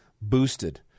boosted